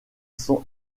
sont